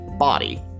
body